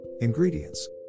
ingredients